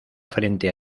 frente